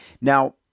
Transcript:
Now